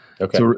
Okay